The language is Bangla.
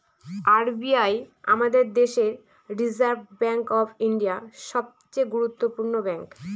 আর বি আই আমাদের দেশের রিসার্ভ ব্যাঙ্ক অফ ইন্ডিয়া, সবচে গুরুত্বপূর্ণ ব্যাঙ্ক